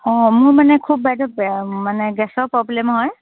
অঁ মোৰ মানে খুব বাইদেউ মানে গেছৰ প্ৰব্লেম হয়